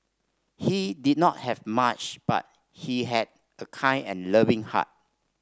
he did not have much but he had a kind and loving heart